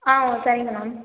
ஆ சரிங்க மேம்